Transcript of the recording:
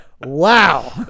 Wow